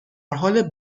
حال